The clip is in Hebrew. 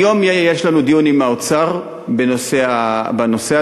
היום יש לנו דיון עם האוצר בנושא הזה,